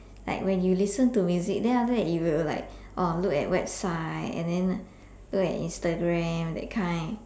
like when you listen to music then after that you'll like oh look at website and then look at instagram that kind